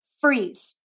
freeze